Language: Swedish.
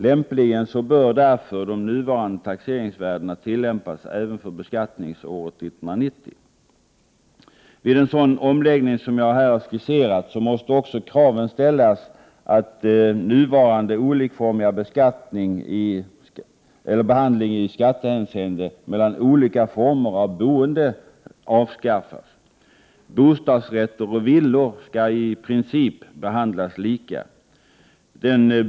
Lämpligen bör därför de nuvarande taxeringsvärdena tillämpas även för beskattningsåret 1990. Vid en sådan omläggning som jag här skisserat måste också kravet ställas att nuvarande olikformiga behandling i skattehänseende när det gäller olika former av boende avskaffas. Bostadsrätter och villor skall i princip behandlas lika.